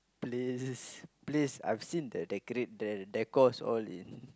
place place I've seen they decorate the decors all in